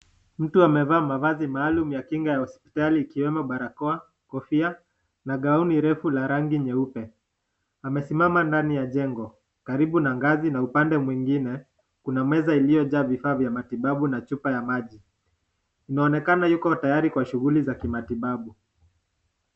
Mtu amevaa mavazi maalum ya kinga ya hospitali ikiwemo barakoa, kofia na gauni refu la rangi nyeupe. Amesimama ndani ya jengo karibu na ngazi na upande mwingine kuna meza iliojaa vifaa vya matibabu na chupa ya maji. Inaonakena yuko tayari kwa shughuli za kimatibabu.